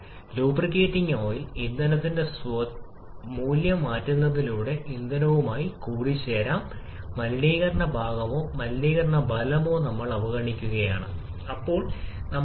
അതിനാൽ 𝑊𝑛𝑒𝑡 𝑎𝑟𝑒𝑎 1 2 3 4 1 കോഴ്സിന്റെ ഒരു പ്രഭാവം മാത്രം കണക്കിലെടുത്ത് ഈ ഇന്ധന വായു ചക്രത്തിൽ നിന്നുള്ള നെറ്റ് വർക്ക് ഔട്ട്പുട്ട് പരിഗണിക്കുന്നത് എല്ലാം തെറ്റാണ്